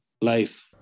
life